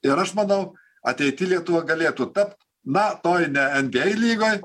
ir aš manau ateity lietuva galėtų tapt na toj ne en by ei lygoj